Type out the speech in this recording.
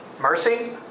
Mercy